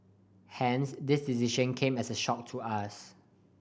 hence this decision came as a shock to us